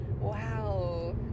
wow